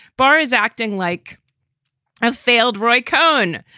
barr is acting like i've failed roy cohn.